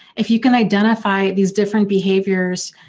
if you can identify these different behaviors